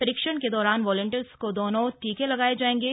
परीक्षण के दौरान वालंटियर्स को दोनों टीके लगांए जाएंगे